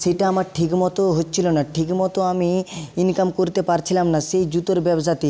সেটা আমার ঠিক মতো হচ্ছিলো না ঠিক মতো আমি ইনকাম করতে পারছিলাম না সেই জুতোর ব্যবসাতে